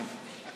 כן.